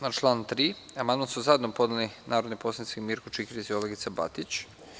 Na član 3. amandman su zajedno podneli narodni poslanici Mirko Čikiriz i Olgica Batić.